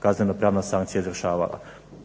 kaznenopravna sankcija izvršavala.